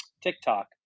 TikTok